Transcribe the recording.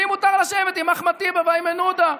לי מותר לשבת עם אחמד טיבי ואיימן עודה.